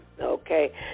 Okay